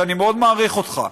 שאני מאוד מעריך אותך.